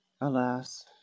Alas